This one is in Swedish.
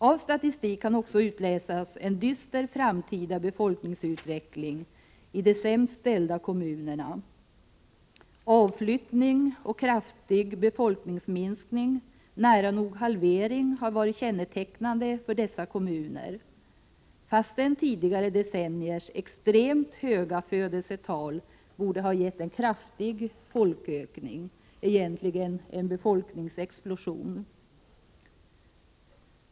Avstatistik kan också utläsas en dyster framtida befolkningsutveckling i de sämst ställda kommunerna. Avflyttning och kraftig befolkningsminskning — nära nog en halvering — har varit kännetecknande för dessa kommuner, fastän tidigare decenniers extremt höga födelsetal borde ha gett en kraftig folkökning, egentligen en befolkningsexplosion.